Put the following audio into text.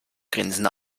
grinsen